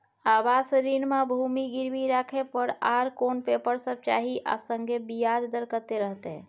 आवास ऋण म भूमि गिरवी राखै पर आर कोन पेपर सब चाही आ संगे ब्याज दर कत्ते रहते?